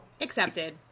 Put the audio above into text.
accepted